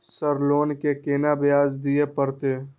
Sir loan के केना ब्याज दीये परतें?